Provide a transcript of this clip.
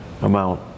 amount